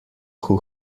who